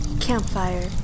Campfire